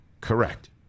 correct